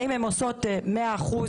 האם הם עושות את זה במאה אחוז?